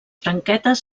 branquetes